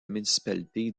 municipalité